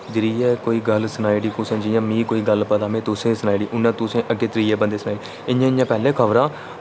जरिये कोई गल्ल सनाई'ड़ी कुसै जि'यां मिं कोई गल्ल पता में तुसें सनाई'ड़ी उ'नें तुसें अग्गै त्रिए बंदे सनाई इ'यां इ'यां पैह्ले खबरां